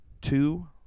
two